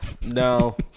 No